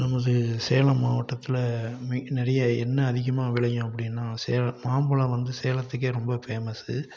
நமது சேலம் மாவட்டத்தில் மிக நிறைய என்ன அதிகமாக விளையும் அப்படினா சேலம் மாம்பழம் வந்து சேலத்துக்கே ரொம்ப ஃபேமஸு